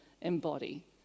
embody